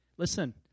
Listen